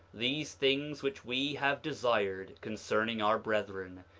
these things which we have desired concerning our brethren,